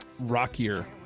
rockier